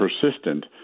persistent